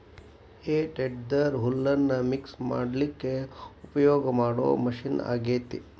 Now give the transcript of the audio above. ಹೇ tedder ಹುಲ್ಲನ್ನ mix ಮಾಡ್ಲಿಕ್ಕೆ ಉಪಯೋಗ ಮಾಡೋ ಮಷೇನ್ ಆಗೇತಿ